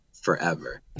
forever